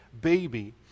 baby